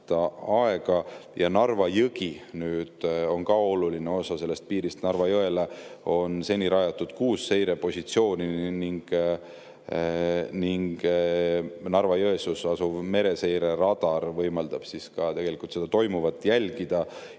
Narva jõgi on ka oluline osa sellest piirist. Narva jõele on seni rajatud kuus seirepositsiooni ning Narva-Jõesuus asuv mereseireradar võimaldab ka toimuvat jälgida.